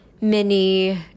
mini